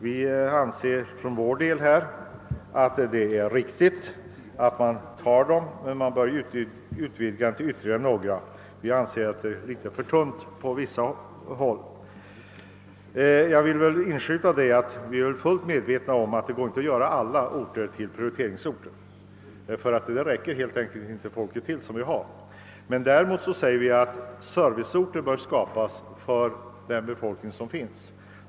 Vi anser däremot att riksdagen bör ta ställning nu, men vi anser också att antalet bör utvidgas något, eftersom det på vissa håll är litet för tunt med prioriteringsorter. Jag vill inskjuta att vi är fullt medvetna om att det inte är möjligt att göra alla orter till prioriteringsorter, eftersom folket inte räcker till. Däremot säger vi att serviceorter bör skapas för den befolkning som finns.